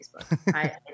Facebook